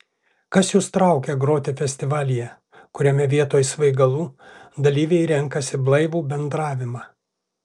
kas jus traukia groti festivalyje kuriame vietoj svaigalų dalyviai renkasi blaivų bendravimą